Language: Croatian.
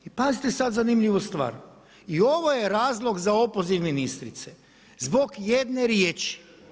I pazite sada zanimljivu stvar, i ovo je razlog za opoziv ministrice zbog jedne riječi.